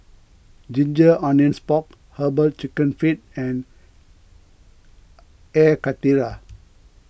Ginger Onions Pork Herbal Chicken Feet and Air Karthira